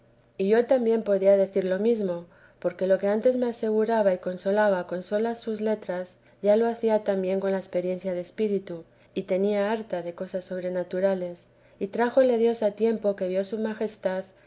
y yo también podía decir lo mesmo porque lo que antes me aseguraba y consolaba con solas sus letras ya lo hacía también con la experiencia de espíritu que tenía harta de cosas sobrenaturales y trájole dios a tiempo que vio su majestad